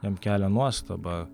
jiem kelia nuostabą